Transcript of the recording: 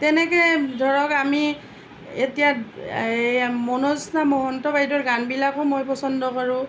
তেনেকে ধৰক আমি এতিয়া এই মনজ্যোস্না মহন্তৰ বাইদউেৰ গানবিলাকো মই পচন্দ কৰোঁ